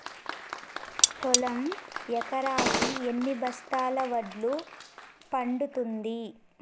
పొలం ఎకరాకి ఎన్ని బస్తాల వడ్లు పండుతుంది?